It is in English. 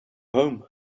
home